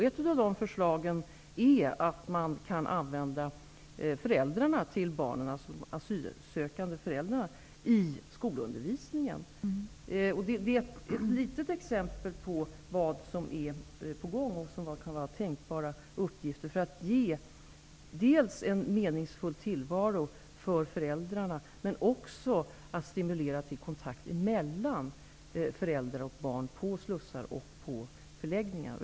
Ett av de förslagen är att man kan använda barnens föräldrar, dvs. asylsökande föräldrar, i skolundervisningen. Det är ett litet exempel på vad som är på gång och på vad som kan vara tänkbara uppgifter för att dels ge föräldrarna en meningsfull tillvaro, dels stimulera till kontakter mellan föräldrar och barn på slussar och förläggningar.